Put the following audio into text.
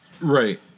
Right